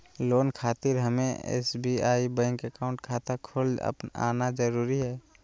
Loan खातिर हमें SBI bank account खाता खोल आना जरूरी है?